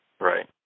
Right